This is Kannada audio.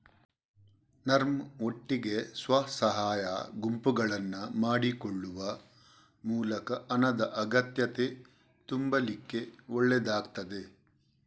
ನರ್ಮ್ ಒಟ್ಟಿಗೆ ಸ್ವ ಸಹಾಯ ಗುಂಪುಗಳನ್ನ ಮಾಡಿಕೊಳ್ಳುವ ಮೂಲಕ ಹಣದ ಅಗತ್ಯತೆ ತುಂಬಲಿಕ್ಕೆ ಒಳ್ಳೇದಾಗ್ತದೆ